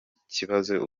kibazo